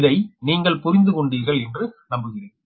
இதை நீங்கள் புரிந்து கொண்டீர்கள் என்று நம்புகிறேன்